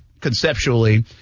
conceptually